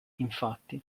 infatti